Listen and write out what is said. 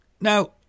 Now